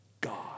God